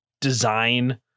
design